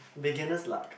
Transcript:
beginners luck